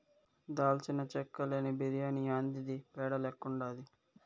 దాల్చిన చెక్క లేని బిర్యాని యాందిది పేడ లెక్కుండాది